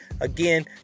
Again